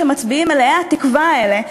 המצביעים מלאי התקווה האלה,